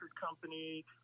company